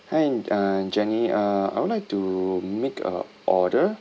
hi uh jenny uh I would like to make a order